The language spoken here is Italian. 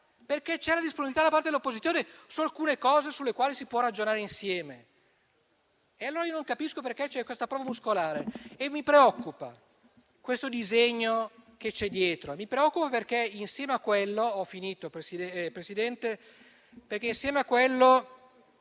perché c'è disponibilità, da parte dell'opposizione, su alcune cose sulle quali si può ragionare insieme. Non capisco perché c'è questa prova muscolare e mi preoccupa il disegno che c'è dietro. Mi preoccupa perché insieme a quello